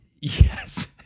Yes